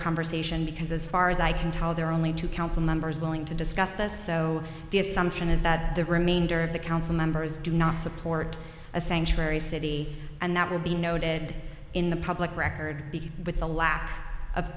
conversation because as far as i can tell there are only two council members willing to discuss this so the assumption is that the remainder of the council members do not support a sanctuary city and that will be noted in the public record with the lack of